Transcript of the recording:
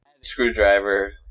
screwdriver